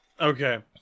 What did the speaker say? Okay